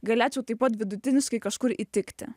galėčiau taip pat vidutiniškai kažkur įtikti